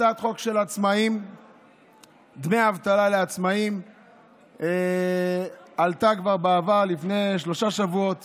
הצעת החוק דמי אבטלה לעצמאים עלתה כבר בעבר לפני שלושה שבועות